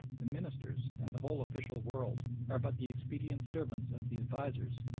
the ministers and the whole official world are but the obedient servants of the advisers,